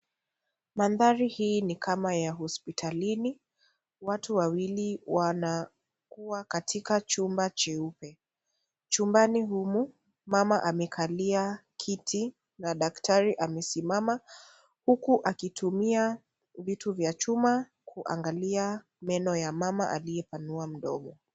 Mandhari hii ni kama ya hosipitalini. Watu wawili wanakua katika chumba jeupe. Chumbani humo, mama amekalia kiti na daktari amesimama ,huku akitumia vitu vya chuma kuangalia meno ya mama aliyepanua mdomo.